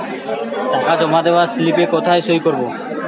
টাকা জমা দেওয়ার স্লিপে কোথায় সই করব?